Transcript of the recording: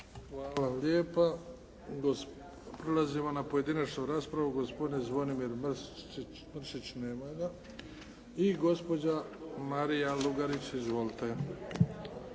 Hvala lijepa. Prelazimo na pojedinačnu raspravu. Gospodin Zvonimir Mršić. Nema ga. I gospođa Marija Lugarić, izvolite.